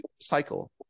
cycle